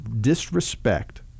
disrespect